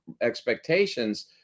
expectations